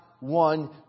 one